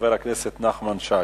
חבר הכנסת נחמן שי.